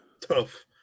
tough